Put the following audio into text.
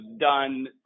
done